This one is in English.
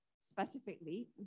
specifically